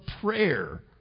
prayer